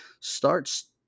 starts